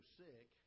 sick